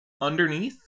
underneath